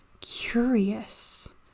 curious